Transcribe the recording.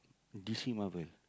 d_c Marvel